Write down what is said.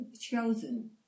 chosen